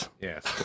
Yes